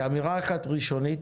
כאמירה אחת ראשונית